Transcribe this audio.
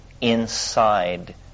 inside